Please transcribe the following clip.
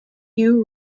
hugh